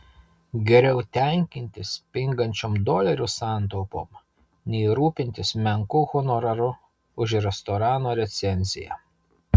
geriau tenkintis pingančiom dolerių santaupom nei rūpintis menku honoraru už restorano recenziją